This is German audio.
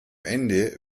ende